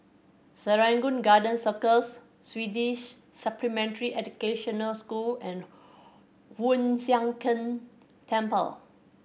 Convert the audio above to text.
Serangoon Garden Circus Swedish Supplementary Educational School and Hoon Sian Keng Temple